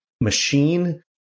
machine